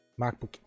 macbook